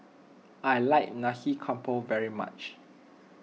I like Nasi Campur very much